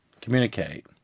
communicate